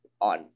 on